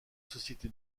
société